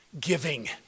Giving